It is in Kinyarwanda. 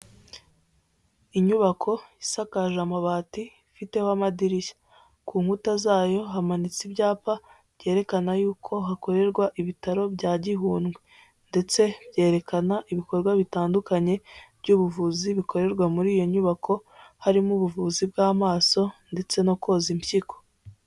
Inyubako isakaje amabati ifiteho amadirishya, ku nkuta zayo hamanitse ibyapa byerekana yuko hakorerwa Ibitaro bya Gihundwe ndetse byerekana ibikorwa bitandukanye by'ubuvuzi bikorerwa muri iyo nyubako, harimo ubuvuzi bw'amaso ndetse no koza impyiko.